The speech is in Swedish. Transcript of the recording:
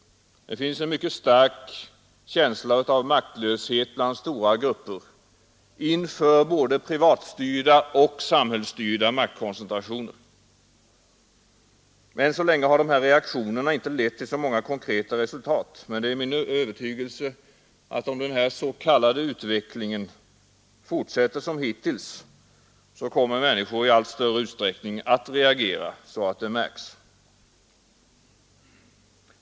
Det finns bland stora grupper en mycket stark känsla av maktlöshet inför både privatstyrda och samhällsstyrda maktkoncentrationer. Än så länge har dessa reaktioner inte lett till så många konkreta resultat, men det är min övertygelse att om denna s.k. utveckling fortsätter som hittills, så kommer människor i allt större utsträckning att reagera så att det får effekt.